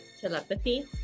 telepathy